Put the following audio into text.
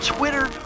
Twitter